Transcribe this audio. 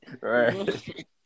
Right